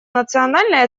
национальной